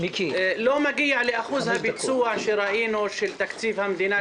לא מגיע לאחוז הביצוע שראינו בתקציב המדינה,